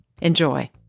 Enjoy